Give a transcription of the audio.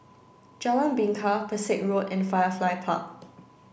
Jalan Bingka Pesek Road and Firefly Park